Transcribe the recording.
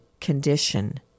condition